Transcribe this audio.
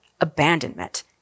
abandonment